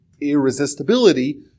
irresistibility